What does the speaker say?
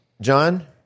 John